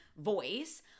voice